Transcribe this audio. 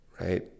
right